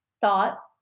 thought